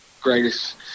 greatest